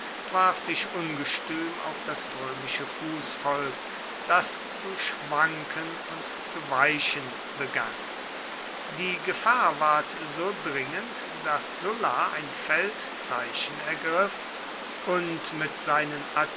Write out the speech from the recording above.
warf sich ungestüm auf das römische fußvolk das zu schwanken und zu weichen begann die gefahr ward so dringend daß sulla ein feldzeichen ergriff und mit seinen